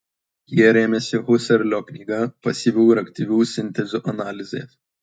jis rėmėsi husserlio knyga pasyvių ir aktyvių sintezių analizės